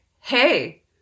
hey